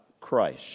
Christ